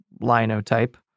linotype